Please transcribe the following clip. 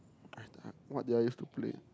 what did I used to play